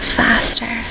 faster